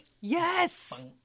Yes